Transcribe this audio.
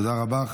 תודה רבה.